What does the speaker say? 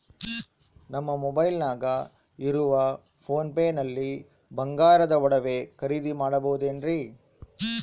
ನಮ್ಮ ಮೊಬೈಲಿನಾಗ ಇರುವ ಪೋನ್ ಪೇ ನಲ್ಲಿ ಬಂಗಾರದ ಒಡವೆ ಖರೇದಿ ಮಾಡಬಹುದೇನ್ರಿ?